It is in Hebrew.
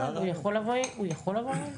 זה הרעיון.